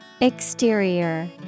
Exterior